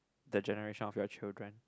the generation of your children